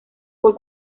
por